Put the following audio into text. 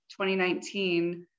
2019